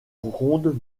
rondes